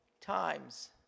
times